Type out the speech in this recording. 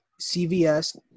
CVS